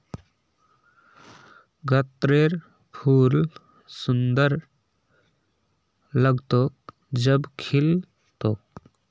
गत्त्रर फूल सुंदर लाग्तोक जब खिल तोक